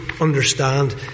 understand